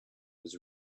was